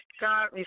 God